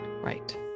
right